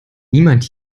niemand